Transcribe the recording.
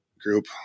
group